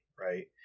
right